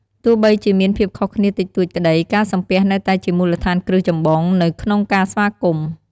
ទោះបីជាមានភាពខុសគ្នាតិចតួចក្ដី ការសំពះនៅតែជាមូលដ្ឋានគ្រឹះចម្បងនៅក្នុងការស្វាគមន៍។